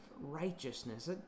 righteousness